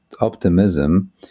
optimism